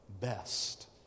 best